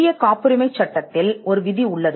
இந்திய காப்புரிமை சட்டத்தில் ஒரு விதி உள்ளது